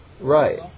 Right